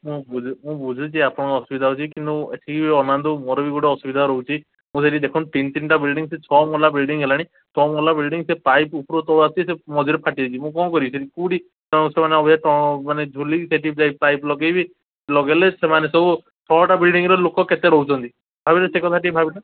ମୁଁ ମୁଁ ବୁଝୁଛି ଆପଣ ଅସୁବିଧା ହେଉଛି କିନ୍ତୁ ଏଠି ବି ଅନାନ୍ତୁ ମୋର ବି ଗୋଟେ ଅସୁବିଧା ରହୁଛି ମୁଁ ସେଠି ଦେଖନ୍ତୁ ତିନି ତିନିଟା ବିଲ୍ଡିଂ ସେ ଛଅ ମହଲା ବିଲ୍ଡିଂ ହେଲାଣି ଛଅ ମହଲା ବିଲ୍ଡିଂ ସେ ପାଇପ୍ ଉପରୁ ତଳ ଆସୁଛି ସେ ମଝିରେ ଫାଟିଯାଇଛି ମୁଁ କ'ଣ କରିବି କୋଉଠି ତ ସେମାନେ ଅଭ୍ୟସ୍ତ ମାନେ ଝୁଲିବି ସେଠି ଯାଇ ପାଇପ୍ ଲଗାଇବି ଲଗାଇଲେ ସେମାନେ ସବୁ ଛଅଟା ବିଲ୍ଡିଂର ଲୋକ କେତେ ରହୁଛନ୍ତି ଭାବିଲେ ସେ କଥା ଟିକେ ଭାବିଲେ